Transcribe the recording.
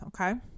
okay